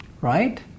right